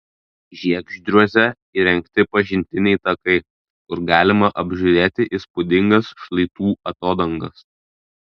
žiegždriuose įrengti pažintiniai takai kur galima apžiūrėti įspūdingas šlaitų atodangas